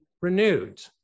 renewed